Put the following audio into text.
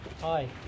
hi